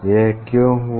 यह क्यों हुआ